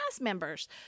members